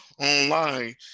online